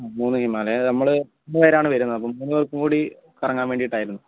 മൂന്ന് ഹിമാലയൻ അതായത് നമ്മൾ മൂന്ന് പേരാണ് വരുന്നത് അപ്പോൾ മൂന്ന് പേർക്കും കൂടി കറങ്ങാൻ വേണ്ടിയിട്ടായിരുന്നു